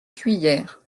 cuillère